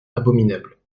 abominable